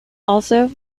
also